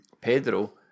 Pedro